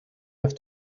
have